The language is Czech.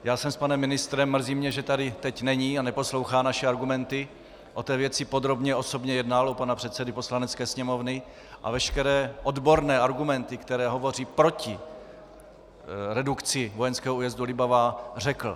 Já jsem s panem ministrem mrzí mě, že tady teď není a neposlouchá naše argumenty o té věci podrobně osobně jednal u pana předsedy Poslanecké sněmovny a veškeré odborné argumenty, které hovoří proti redukci vojenského újezdu Libavá, řekl.